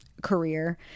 career